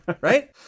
Right